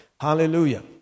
Hallelujah